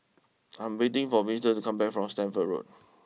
I'm waiting for Winton to come back from Stamford Road